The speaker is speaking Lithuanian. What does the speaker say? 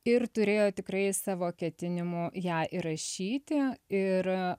ir turėjo tikrai savo ketinimų ją įrašyti ir